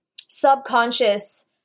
subconscious